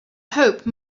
hope